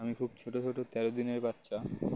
আমি খুব ছোটো ছোটো তেরো দিনের বাচ্চা